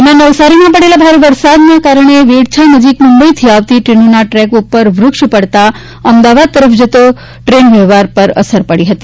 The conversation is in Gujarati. દરમ્યાન નવસારીમાં પડેલા ભારે વરસાદના કારણે વેડછા નજીક મુંબઇથી આવતી ટ્રેનોના ટ્રેક ઉપર વૃક્ષ પડતા અમદાવાદ તરફ જતા ટ્રેન વ્યવહારને અસર પડી હતી